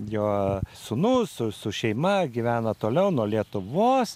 jo sūnus su su šeima gyvena toliau nuo lietuvos